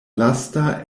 lasta